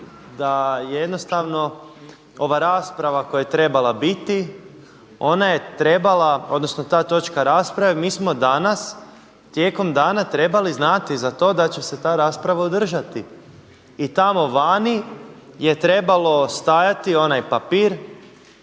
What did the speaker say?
da jednostavno ova rasprava koja je trebala biti, ona je trebala, odnosno ta točka rasprave mi smo danas tijekom dana trebali znati za to da će se ta rasprava održati. I tamo vani je trebalo stajati onaj papir